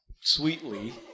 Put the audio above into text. sweetly